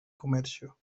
comercio